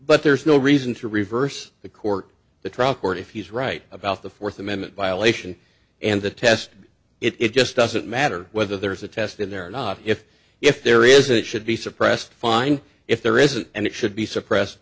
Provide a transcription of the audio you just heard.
but there's no reason to reverse the court the trial court if he's right about the fourth amendment violation and the test it just doesn't matter whether there's a test in there or not if if there is it should be suppressed fine if there isn't and it should be suppressed